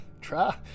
try